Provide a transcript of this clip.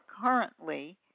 currently